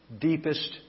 deepest